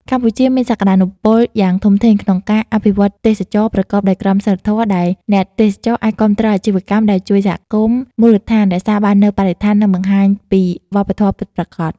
កម្ពុជាមានសក្តានុពលយ៉ាងធំធេងក្នុងការអភិវឌ្ឍទេសចរណ៍ប្រកបដោយក្រមសីលធម៌ ដែលអ្នកទេសចរអាចគាំទ្រអាជីវកម្មដែលជួយសហគមន៍មូលដ្ឋាន រក្សាបាននូវបរិស្ថាន និងបង្ហាញពីវប្បធម៌ពិតប្រាកដ ។